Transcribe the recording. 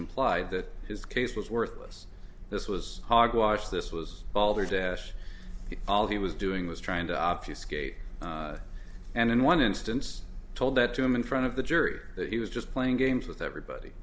implied that his case was worthless this was hogwash this was all the dash all he was doing was trying to obfuscate and in one instance told that to him in front of the jury that he was just playing games with everybody